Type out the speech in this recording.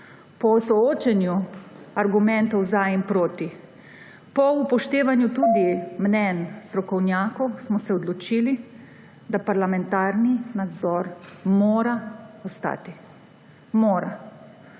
po soočenju argumentov za in proti, po upoštevanju tudi mnenj strokovnjakov smo se odločili, da parlamentarni nadzor mora ostati. Mora.